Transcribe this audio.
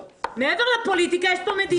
מעבר לפוליטיקה, יש פה מדינה נכון?